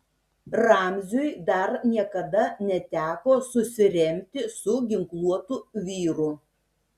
ramziui dar niekada neteko susiremti su ginkluotu vyru